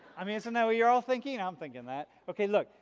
i mean isn't that what you're all thinking? i'm thinking that. okay, look.